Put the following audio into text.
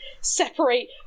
separate